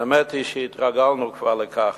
האמת היא שהתרגלנו כבר לכך.